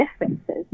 differences